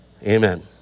Amen